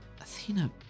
Athena